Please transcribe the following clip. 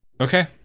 Okay